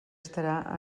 estarà